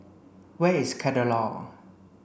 where is Kadaloor